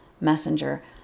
messenger